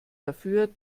dafür